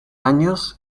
años